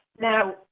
Now